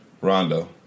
Rondo